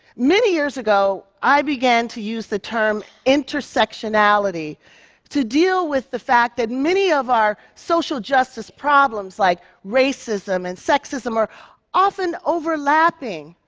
many years ago i began to use the term intersectionality to deal with the fact that many of our social justice problems like racism and sexism are often overlapping,